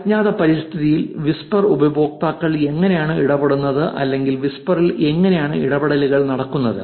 അജ്ഞാത പരിതസ്ഥിതിയിൽ വിസ്പർ ഉപയോക്താക്കൾ എങ്ങനെയാണ് ഇടപെടുന്നത് അല്ലെങ്കിൽ വിസ്പറിൽ എങ്ങനെയാണ് ഇടപെടലുകൾ നടക്കുന്നത്